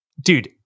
dude